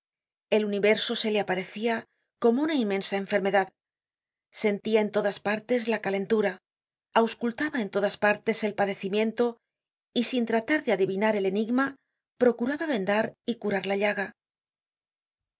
el universo se le aparecia como una inmensa enfermedad sentia en todas partes la calentura auscultaba en todas partes el padecimiento y sin tratar de adivinar el enigma procuraba vendar y curar la llaga